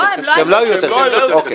שהם לא היו יותר קשים.